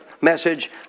message